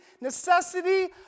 necessity